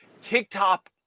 TikTok